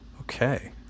Okay